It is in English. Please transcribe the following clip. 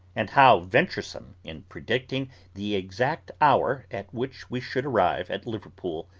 and how venturesome in predicting the exact hour at which we should arrive at liverpool,